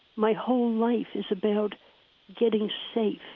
my whole life is about getting safe,